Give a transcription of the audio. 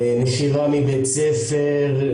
נשירה מבית ספר,